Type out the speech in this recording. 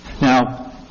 Now